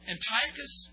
Antiochus